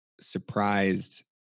surprised